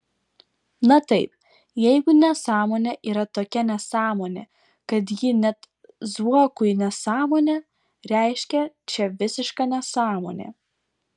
na taip jeigu nesąmonė yra tokia nesąmonė kad ji net zuokui nesąmonė reiškia čia visiška nesąmonė